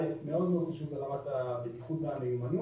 אל"ף, מאוד מאוד חשוב ברמת הבטיחות והמיומנות.